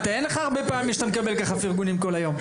אין לך הרבה פעמים שאתה מקבל ככה פרגונים כל היום.